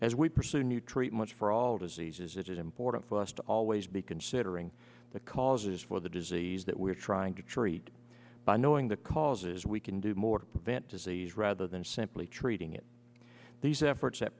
as we pursue new treatments for all diseases it is important for us to always be considering the causes for the disease that we're trying to treat by knowing the causes we can do more to prevent disease rather than simply treating it these efforts